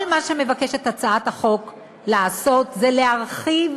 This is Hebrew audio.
כל מה שמבקשת הצעת החוק לעשות זה להרחיב